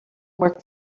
work